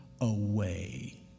away